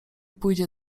pójdzie